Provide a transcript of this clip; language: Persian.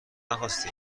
نخواستی